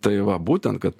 tai va būtent kad